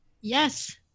Yes